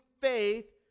faith